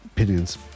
opinions